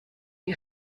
ihr